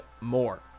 more